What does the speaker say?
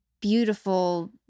beautiful